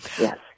Yes